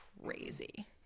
crazy